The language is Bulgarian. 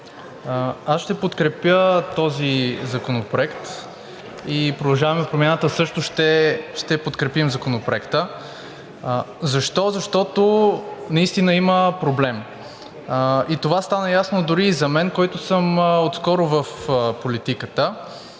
Аз ще подкрепя този законопроект, „Продължаваме Промяната“ също ще подкрепи Законопроекта. Защо? Защото наистина има проблем и това стана ясно дори и за мен, който съм отскоро в политиката.